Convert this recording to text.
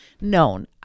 known